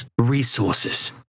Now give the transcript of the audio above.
resources